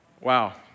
Wow